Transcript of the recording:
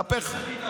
הבנתי,